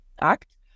Act